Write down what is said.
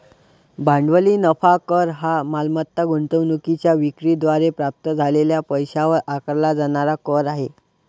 भांडवली नफा कर हा मालमत्ता गुंतवणूकीच्या विक्री द्वारे प्राप्त झालेल्या पैशावर आकारला जाणारा कर आहे